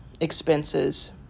expenses